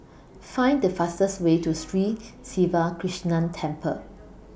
Find The fastest Way to Sri Siva Krishna Temple